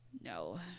No